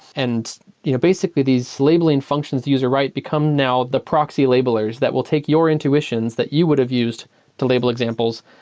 and you know basically, these labeling functions the user write become now the proxy labelers that will take your intuitions that you would have used to label examples,